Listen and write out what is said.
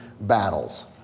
battles